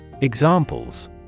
Examples